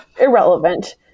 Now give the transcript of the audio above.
irrelevant